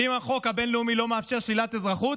ואם החוק הבין-לאומי לא מאפשר שלילת אזרחות,